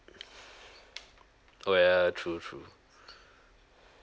oh ya true true